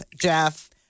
Jeff